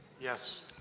Yes